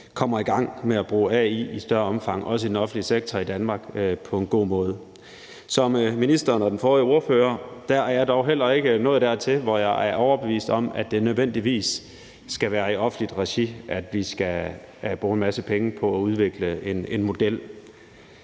kommer i gang med at bruge AI i større omfang, også i den offentlige sektor i Danmark, på en god måde. Som ministeren og den forrige ordfører er jeg dog heller ikke nået dertil, hvor jeg er overbevist om, at det nødvendigvis skal være i offentligt regi, at vi skal bruge en masse penge på at udvikle en model.